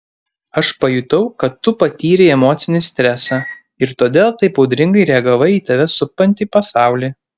aš pajutau kad tu patyrei emocinį stresą ir todėl taip audringai reagavai į tave supantį pasaulį